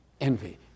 Envy